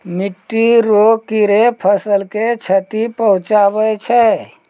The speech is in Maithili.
मिट्टी रो कीड़े फसल के क्षति पहुंचाबै छै